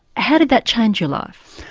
how did that change your life?